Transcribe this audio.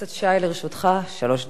חבר הכנסת שי, לרשותך שלוש דקות.